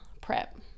prep